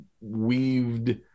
weaved